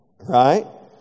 right